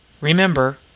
Remember—